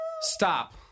stop